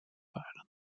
waren